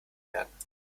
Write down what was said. werden